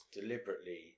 deliberately